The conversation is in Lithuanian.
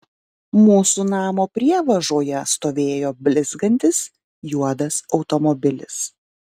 mūsų namo prievažoje stovėjo blizgantis juodas automobilis